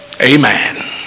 Amen